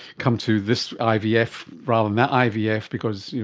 come to this ivf yeah ivf rather than that ivf because, you